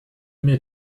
mir